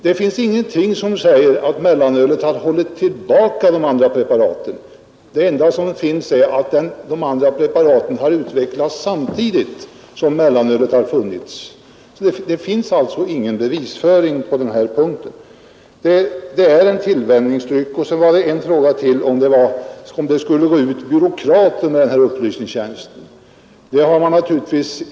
Det finns heller ingenting som säger att mellanölet har hållit tillbaka konsumtionen av de där andra preparaten. Det enda som kan sägas är att de andra preparaten har utvecklats samtidigt som vi har haft mellanölet. På den punkten finns det sålunda inga bevis. Mellanölet är en tillvänjningsd ryck. Slutligen har det frågats om det skall vara byråkrater som svarar för den upplysning som här skall sättas i gång.